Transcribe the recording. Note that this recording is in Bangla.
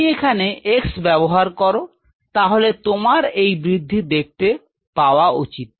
তুমি এখানে x ব্যাবহার কর তাহলে তোমার এই বৃদ্ধি দেখতে পাওয়া উচিত